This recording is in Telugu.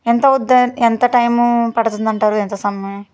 ఎంత అవుద్ది ఎంత టైమ్ పడుతుంది అంటారు ఎంత సమయం